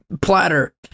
platter